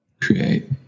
create